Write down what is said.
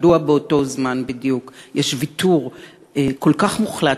מדוע באותו זמן בדיוק יש ויתור כל כך מוחלט,